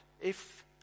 If-